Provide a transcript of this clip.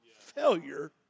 failure